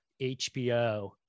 hbo